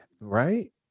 Right